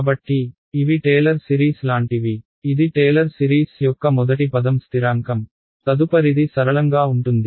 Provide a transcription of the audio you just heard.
కాబట్టి ఇవి Taylor series లాంటివి ఇది టేలర్ సిరీస్ యొక్క మొదటి పదం స్థిరాంకం తదుపరిది సరళంగా ఉంటుంది